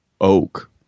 oak